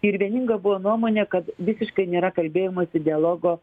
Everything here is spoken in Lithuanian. ir vieninga buvo nuomonė kad visiškai nėra kalbėjimosi dialogo